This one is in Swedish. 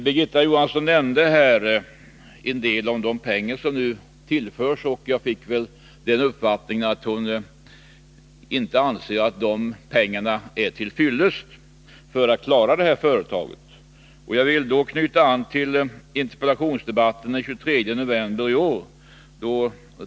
Birgitta Johansson berörde i sitt inlägg de medel som nu tillskjuts, och jag fick uppfattningen att hon inte anser att de är till fyllest för att klara företaget. Jag vill i det sammanhanget knyta an till interpellationsdebatten den 23 november år.